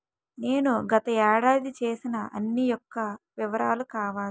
నేను గత ఏడాది చేసిన అన్ని యెక్క వివరాలు కావాలి?